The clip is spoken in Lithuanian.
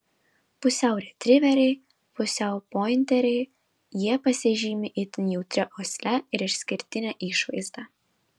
pusiau retriveriai pusiau pointeriai jie pasižymi itin jautria uosle ir išskirtine išvaizda